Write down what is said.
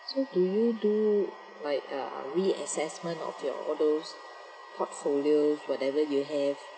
so do you do like uh reassessment of your all those portfolio whatever you have